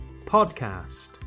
podcast